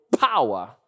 power